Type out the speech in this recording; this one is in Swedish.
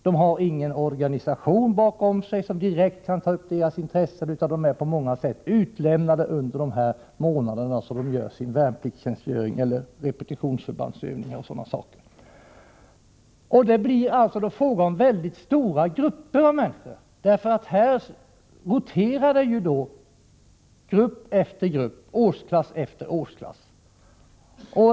De har ingen organisation bakom sig som direkt kan försvara deras intressen, utan de är på många sätt utlämnade under de månader då de gör sin värnpliktstjänstgöring, repetitionsövning eller liknande. Det är här fråga om stora grupper av människor. Här avlöser nämligen grupp efter grupp, årsklass efter årsklass varandra.